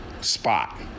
spot